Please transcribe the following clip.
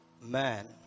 man